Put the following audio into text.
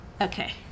Okay